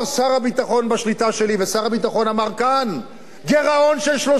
ושר הביטחון אמר כאן: גירעון של 3%. כך אמר שר הביטחון.